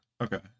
Okay